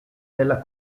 della